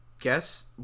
guess